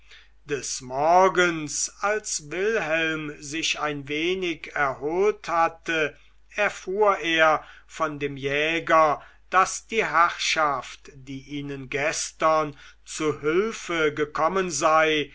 des morgens als wilhelm sich ein wenig erholt hatte erfuhr er von dem jäger daß die herrschaft die ihnen gestern zu hülfe gekommen sei